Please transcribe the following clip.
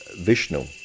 Vishnu